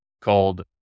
called